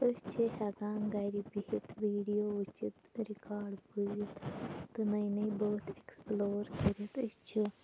أسۍ چھِ ہٮ۪کان گرِ بِہِتھ ویٖڈیو وٕچھِتھ تہٕ رِکاڑ بوٗزِتھ تہٕ نٔے نٔے بٲتھ ایکٔسپٔلور کٔرِتھ تہٕ أسۍ چھِ